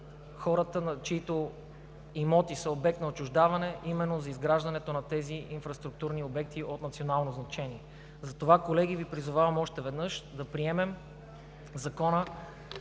хората, чиито имоти са обект на отчуждаване, а именно за изграждането на тези инфраструктурни обекти от национално значение. Колеги, за това Ви призовавам още веднъж да приемем